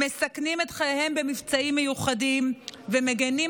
מסכנים את חייהם במבצעים מיוחדים ומגינים